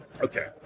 Okay